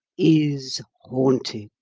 is haunted.